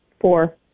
Four